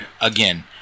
again